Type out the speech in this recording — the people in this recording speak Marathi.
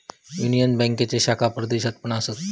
युनियन बँकेचे शाखा परदेशात पण असत